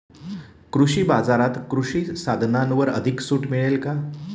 कृषी बाजारात कृषी साधनांवर अधिक सूट मिळेल का?